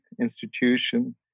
institution